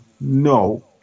No